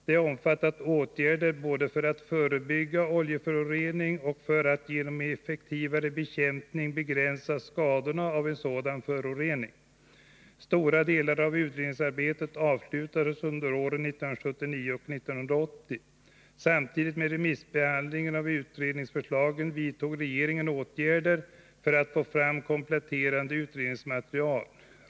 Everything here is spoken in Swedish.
Det har omfattat åtgärder både för att förebygga oljeförorening och för att genom en effektivare bekämpning begränsa skadorna av en sådan förorening. Stora delar av utredningsarbetet avslutades under åren 1979 och 1980. Samtidigt med remissbehandlingen av utredningsförslagen vidtog regeringen åtgärder för att få fram ett kompletterande utredningsmaterial.